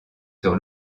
sur